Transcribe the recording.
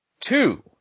Two